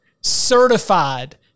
Certified